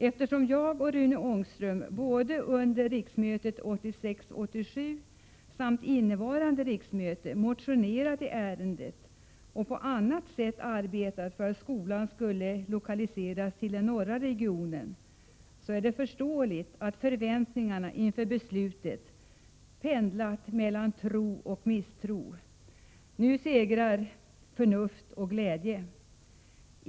Eftersom jag och Rune Ångström både under riksmötet 1986/87 samt under innevarande riksmöte motionerat i ärendet och på annat sätt arbetat för att skolan skulle lokaliseras till den norra regionen, så är det förståeligt att förväntningarna inför beslutet pendlat mellan tro och misstro. Nu segrar förnuft och glädje.